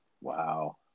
Wow